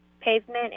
pavement